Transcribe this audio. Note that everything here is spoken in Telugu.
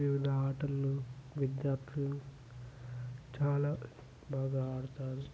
వివిధ ఆటల్లో విద్యార్థులు చాలా బాగా ఆడతారు